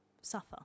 suffer